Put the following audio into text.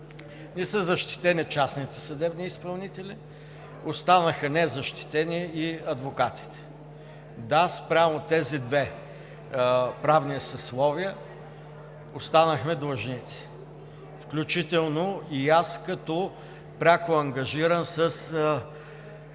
Не са защитени частните съдебни изпълнители. Останаха незащитени и адвокатите. Да, спрямо тези две правни съсловия останахме длъжници включително и аз като пряко ангажиран с